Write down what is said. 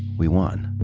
we won.